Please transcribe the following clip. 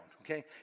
okay